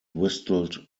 whistled